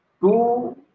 two